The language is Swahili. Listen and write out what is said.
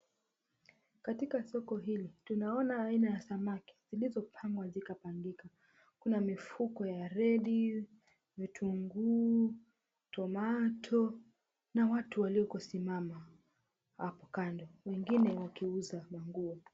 Katika soko hili tunaona aina ya samaki zilizopangwa zikapangika kuna mifuko ya redi , vitunguu, tomato na watu waliokosimama hapo kando wengine wakiuza manguo.